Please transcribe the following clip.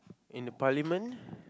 in the parliament